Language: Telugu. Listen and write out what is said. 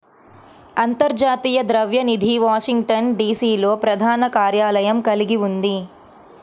అంతర్జాతీయ ద్రవ్య నిధి వాషింగ్టన్, డి.సి.లో ప్రధాన కార్యాలయం కలిగి ఉంది